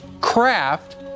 craft